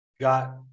got